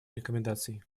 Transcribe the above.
рекомендаций